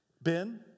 Ben